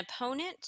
opponent